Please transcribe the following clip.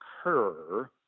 occur